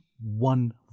one